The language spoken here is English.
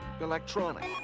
electronic